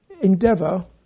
endeavour